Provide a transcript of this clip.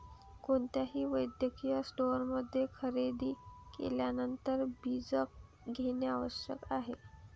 कोणत्याही वैद्यकीय स्टोअरमध्ये खरेदी केल्यानंतर बीजक घेणे आवश्यक आहे